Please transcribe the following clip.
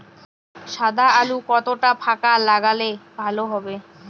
সাদা আলু কতটা ফাকা লাগলে ভালো হবে?